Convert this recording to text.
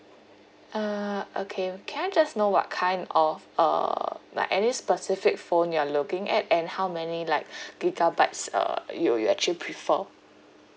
uh okay can I just know what kind of uh like any specific phone you are looking at and how many like gigabytes uh you you actually prefer